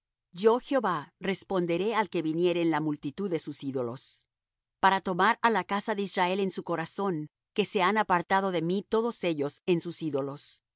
yo jehová responderé al que viniere en la multitud de sus ídolos para tomar á la casa de israel en su corazón que se han apartado de mí todos ellos en sus ídolos